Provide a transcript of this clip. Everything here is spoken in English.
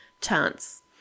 chance